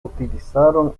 utilizaron